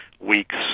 weeks